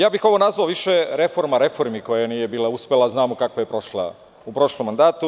Ovo bih nazvao više reforma reformi koje nije bila uspela, znamo kakva je bila u prošlom mandatu.